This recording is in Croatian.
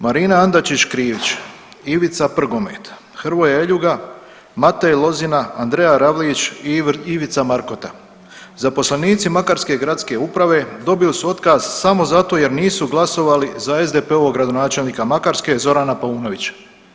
Marina Andaćić Krivić, Ivica Prgomet, Hrvoje Eljuga, Matej Lozina, Andreja Ravlić, Ivica Markota zaposlenici Makarske gradske uprave dobili su otkaz samo zato jer nisu glasovali za SDP-ovog gradonačelnika Makarske Zorana Paunovića.